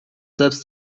selbst